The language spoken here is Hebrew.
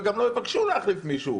וגם לא יבקשו להחליף מישהו.